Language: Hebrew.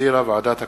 שהחזירה ועדת הכלכלה.